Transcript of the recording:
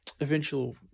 Eventual